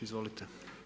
Izvolite.